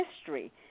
history